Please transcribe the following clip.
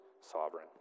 sovereign